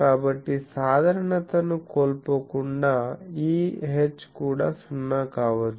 కాబట్టి సాధారణతను కోల్పోకుండా E H కూడా సున్నా కావచ్చు